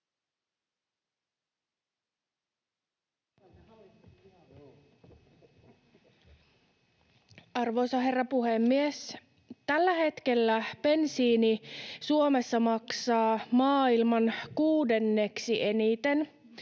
Arvoisa herra puhemies! Tällä hetkellä bensiini Suomessa maksaa maailman kuudenneksi eniten.